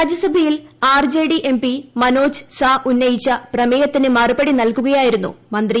രാജ്യസഭയിൽ R J D M P Manoj Jha ഉന്നയിച്ച പ്രമേയത്തിന് മറുപടി നൽകുകയായിരുന്നു മന്ത്രി